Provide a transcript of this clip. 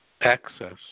access